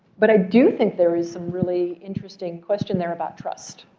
but i do think there is some really interesting question there about trust.